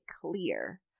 clear